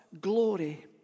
glory